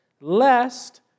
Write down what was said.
lest